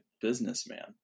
businessman